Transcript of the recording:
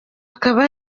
akaba